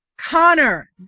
Connor